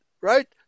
right